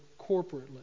corporately